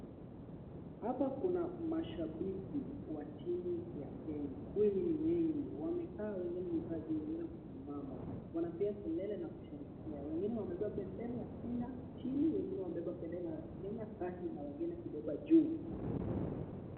Hapa kuna mashabiki wa timu ya Kenya, kweli ni wengi. Wamekaa wengine wakisimama wanapiga kelele na kusherehekea, wengine wamebeba bendera ya Kenya, chini wengine wamebeba bendera ya Kenya kati na wengine kubeba juu.